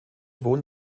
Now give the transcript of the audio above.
wohnt